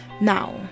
now